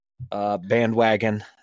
bandwagon